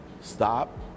Stop